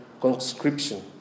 conscription